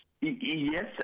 Yes